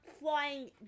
flying